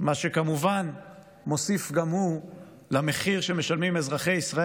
מה שכמובן מוסיף גם הוא למחיר שמשלמים אזרחי ישראל,